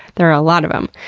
there are a lot of them.